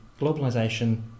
globalization